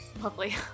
Lovely